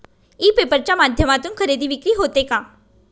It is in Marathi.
ई पेपर च्या माध्यमातून खरेदी विक्री होते का?